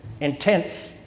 intense